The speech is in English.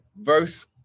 verse